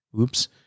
oops